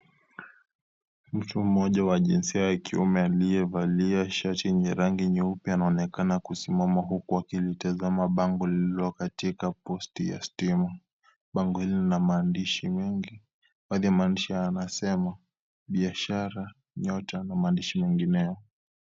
Mtu mmoja wa jinsia ya kiume aliyevalia shati la rangi nyeupe anaonekana akisimama huku akilitazama bango lililo katika posti ya stima. Bango hilo lina maandishi mengi, baadhi ya maandishi haya yanasema biashara, nyota na maandishi mengineyo.